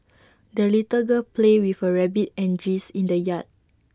the little girl played with her rabbit and geese in the yard